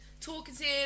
talkative